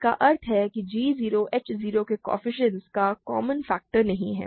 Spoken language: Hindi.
इसका अर्थ है कि g 0 h 0 के कोएफ़िशिएंट्स का कोई कॉमन फ़ैक्टर नहीं है